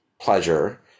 pleasure